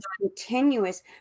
continuous